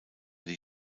die